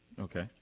Okay